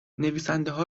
نویسندهها